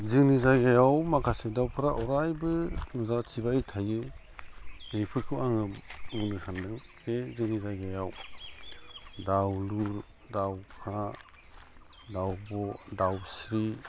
जोंनि जायगायाव माखासे दाउफोरा अरायबो नुजाथिबाय थायो बेफोरखौ आङो बुंनो सान्दों बे जोंनि जायगायाव दाउलुर दाउखा दाउब' दाउस्रि